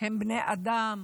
הם בני אדם